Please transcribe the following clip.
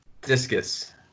Discus